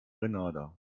grenada